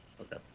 okay